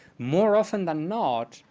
more often than not,